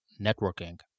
networking